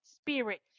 spirit